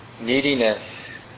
neediness